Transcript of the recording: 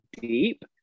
deep